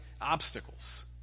obstacles